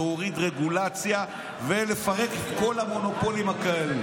להוריד רגולציה ולפרק את כל המונופולים הקיימים.